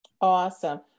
awesome